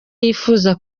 yifuza